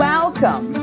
Welcome